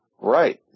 Right